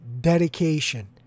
dedication